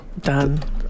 Done